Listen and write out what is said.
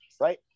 Right